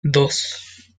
dos